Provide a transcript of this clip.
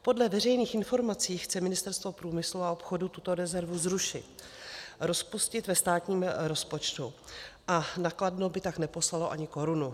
Podle veřejných informací chce Ministerstvo průmyslu a obchodu tuto rezervu zrušit a rozpustit ve státním rozpočtu, na Kladno by tak neposlalo ani korunu.